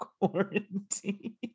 quarantine